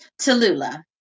Tallulah